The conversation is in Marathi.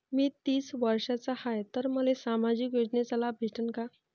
मी तीस वर्षाचा हाय तर मले सामाजिक योजनेचा लाभ भेटन का?